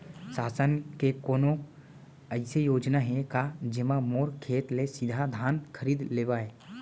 शासन के कोनो अइसे योजना हे का, जेमा मोर खेत ले सीधा धान खरीद लेवय?